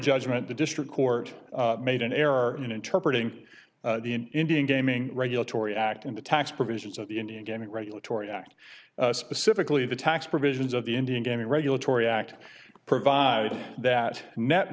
judgment the district court made an error in interpretating the indian gaming regulatory act and the tax provisions of the indian gaming regulatory act specifically the tax provisions of the indian gaming regulatory act provided that net